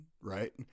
Right